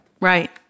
Right